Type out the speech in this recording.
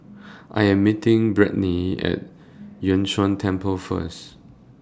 I Am meeting Brittnie At Yun Shan Temple First